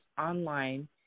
online